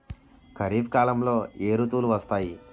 ఖరిఫ్ కాలంలో ఏ ఋతువులు వస్తాయి?